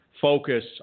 focus